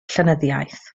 llenyddiaeth